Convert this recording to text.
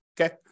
okay